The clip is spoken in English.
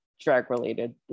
Drag-related